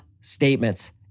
statements